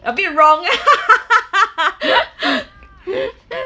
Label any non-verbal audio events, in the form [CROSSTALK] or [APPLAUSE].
a bit wrong [LAUGHS]